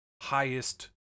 highest